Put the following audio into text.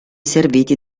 serviti